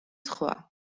სხვა